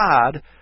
God